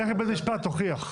לך לבית משפט ותוכיח.